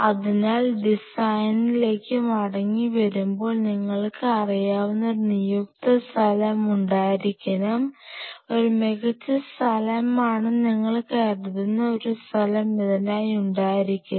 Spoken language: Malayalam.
അതിനാൽ ഡിസൈനിലേക്ക് മടങ്ങിവരുമ്പോൾ നിങ്ങൾക്ക് അറിയാവുന്ന ഒരു നിയുക്ത സ്ഥലം ഉണ്ടായിരിക്കണം ഒരു മികച്ച സ്ഥലമാണെന്ന് നിങ്ങൾ കരുതുന്ന ഒരു സ്ഥലം ഇതിനായി ഉണ്ടായിരിക്കണം